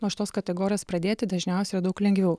nuo šitos kategorijos pradėti dažniausia yra daug lengviau